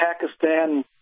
Pakistan